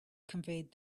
conveyed